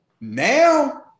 Now